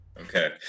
Okay